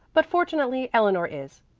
but fortunately eleanor is.